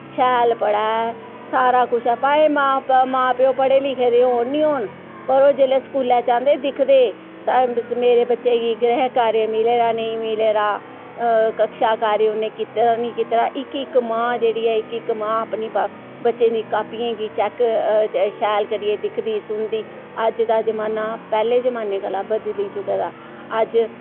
शैल पढ़ै सारा कुछ ऐ भाएं मां प मां प्यो पढ़े लिखे दे होन नि होन पर ओह् जिल्लै स्कूलै च आंदे दिखदे मेरे बच्चे गी ग्रहकार्य मिले दा नेईं मिले दा कक्षा कार्य उ'नै कीत्ते दा नि कीत्ते दा इक इक मां जेह्ड़ी ऐ इक इक मां पा बच्चें दी कापियें गी चैक शैल करियै दिखदी सुनदी अज्ज दा जमाना पैह्ले जमाने कोला बदली चुके दा अज्ज